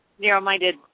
narrow-minded